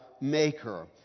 maker